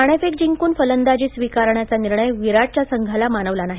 नाणेफेक जिंकून फलंदाजी स्वीकारण्याचा निर्णय विराटच्या संघाला मानवला नाही